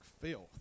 filth